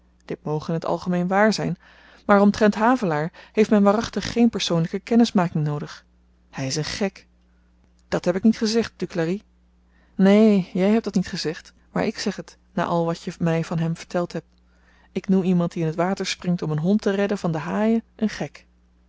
worden dit moge in t algemeen waar zyn maar omtrent havelaar heeft men waarachtig geen persoonlyke kennismaking noodig hy is een gek dat heb ik niet gezegd duclari neen jy hebt dat niet gezegd maar ik zeg het na al wat je my van hem verteld hebt ik noem iemand die in t water springt om een hond te redden van de haaien een gek